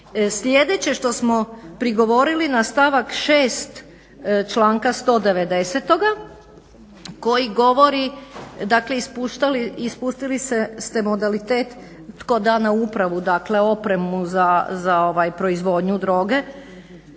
Sljedeće što smo prigovorili na stavak 6. članka 190. koji govori, dakle ispustili ste modalitet tko da na uporabu dakle opremu za proizvodnju droge